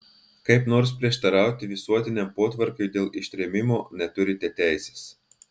kaip nors prieštarauti visuotiniam potvarkiui dėl ištrėmimo neturite teisės